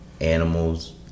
animals